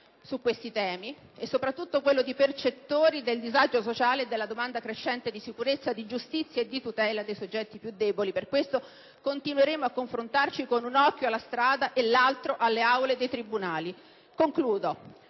su questi temi e, soprattutto, quello di percettori del disagio sociale e della domanda crescente di sicurezza, di giustizia e di tutela dei soggetti più deboli. Per questo continueremo a confrontarci con un occhio alla strada e l'altro alle aule dei tribunali. Concludo